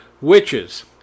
witches